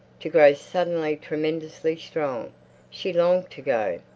to grow suddenly tremendously strong she longed to go!